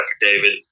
David